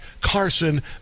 Carson